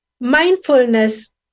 Mindfulness